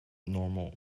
normal